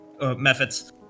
methods